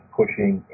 pushing